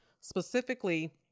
specifically